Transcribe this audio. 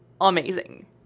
amazing